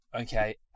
okay